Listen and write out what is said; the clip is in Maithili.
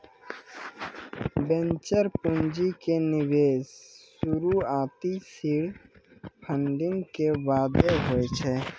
वेंचर पूंजी के निवेश शुरुआती सीड फंडिंग के बादे होय छै